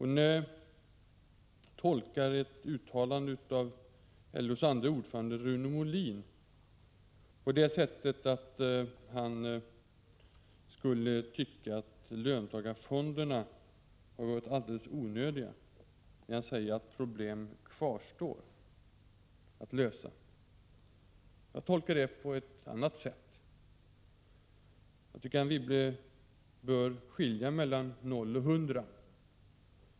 Hon tolkar ett uttalande av LO:s andre ordförande Rune Molin på det sättet att han skulle tycka att löntagarfonderna har varit alldeles onödiga när han säger att problem kvarstår att lösa. Jag tolkar det uttalandet på ett annat sätt. Jag tycker att Anne Wibble bör skilja mellan 0 och 100.